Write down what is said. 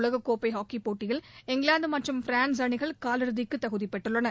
உலக கோப்பை ஹாக்கிப் போட்டியில் இங்கிலாந்து மற்றும் பிரான்ஸ் அணிகள் காலிறுதிக்கு தகுதிப் பெற்றுள்ளன